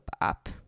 up